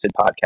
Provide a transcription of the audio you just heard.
podcast